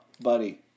buddy